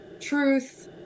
truth